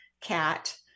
cat